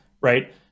right